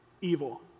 evil